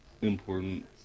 important